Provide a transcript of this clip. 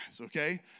okay